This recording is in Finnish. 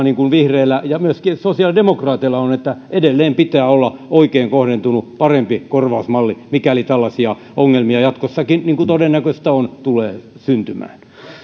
niin kuin vihreillä ja myöskin sosiaalidemokraateilla on että edelleen pitää olla oikein kohdentunut parempi korvausmalli mikäli tällaisia ongelmia jatkossakin niin kuin todennäköistä on tulee syntymään